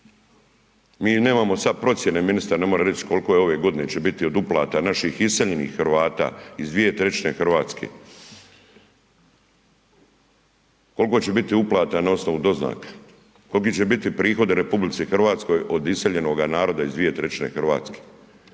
Mi nemamo sada procjene, ministar ne može reći koliko će ove godine biti od uplata naših iseljenih Hrvata iz dvije trećine Hrvatske. Koliko će biti uplata na osnovu doznaka? Koliki će biti prihodi RH od iseljenoga naroda iz dvije trećine Hrvatske?